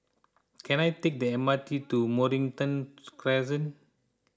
can I take the M R T to Mornington Crescent